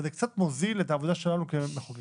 זה קצת מוזיל את העבודה שלנו כמחוקקים.